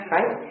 Right